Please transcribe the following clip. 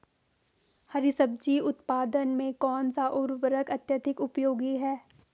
हरी सब्जी उत्पादन में कौन सा उर्वरक अत्यधिक उपयोगी है?